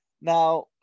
now